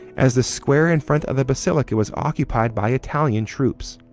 as the square in front of the basilica was occupied by italian troops.